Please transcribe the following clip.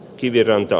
kiviranta